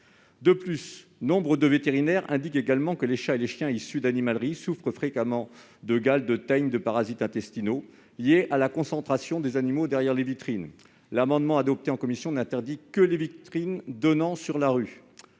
ailleurs, nombre de vétérinaires indiquent que les chats et les chiens issus d'animaleries souffrent fréquemment de la gale, de la teigne ou de parasites intestinaux, liés à la concentration des animaux derrière les vitrines. Or l'amendement adopté en commission ne visait à interdire que les vitrines donnant sur la rue.